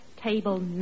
Table